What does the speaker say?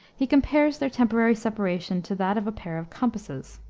he compares their temporary separation to that of a pair of compasses